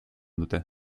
dute